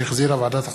שהחזירה ועדת החוקה,